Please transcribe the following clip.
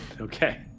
Okay